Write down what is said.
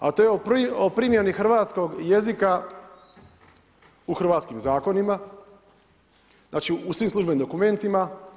A to je o primjeni hrvatskog jezika u hrvatskim zakonima, znači u svim službenim dokumentima.